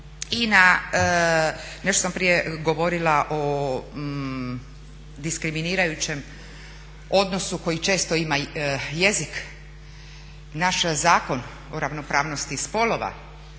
i na, nešto sam prije govorila o diskriminirajućem odnosu koji često ima jezik, naš Zakon o ravnopravnosti spolova